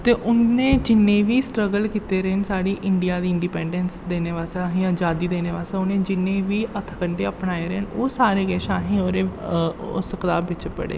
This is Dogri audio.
ते उ'नें जिन्ने बी स्ट्रगल कीते रेह् न साढ़ी इंडिया दी इंडिपैंडैंस देने बास्तै सानूं अजादी देने बास्तै उ'नें जिन्ने बी हत्थ कंडे अपनए दे न ओह् सारे किश अहें ओह्दे उस कताब बिच्च पढ़े